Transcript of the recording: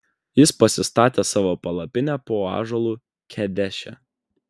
jis pasistatė savo palapinę po ąžuolu kedeše